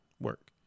work